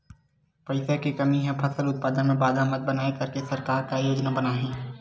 पईसा के कमी हा फसल उत्पादन मा बाधा मत बनाए करके सरकार का योजना बनाए हे?